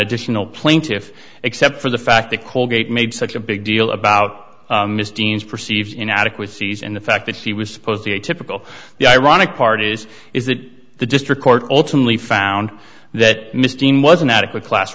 additional plaintiffs except for the fact that colgate made such a big deal about dean's perceived inadequacies and the fact that he was supposed to a typical the ironic part is is that the district court ultimately found that miss teen was an adequate class